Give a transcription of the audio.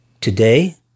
Today